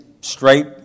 straight